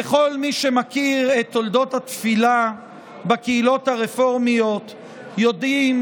וכל מי שמכירים את תולדות התפילה בקהילות הרפורמיות יודעים